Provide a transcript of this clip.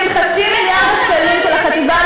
כי אם חצי מיליארד השקלים של החטיבה